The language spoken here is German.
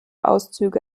auszüge